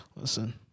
Listen